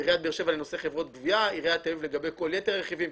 עיריית באר-שבע לנושא חברות גבייה ועיריית תל-אביב לגבי כל יתר הרכיבים,